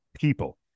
people